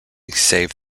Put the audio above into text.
saved